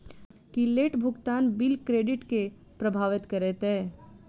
की late भुगतान bill credit केँ प्रभावित करतै?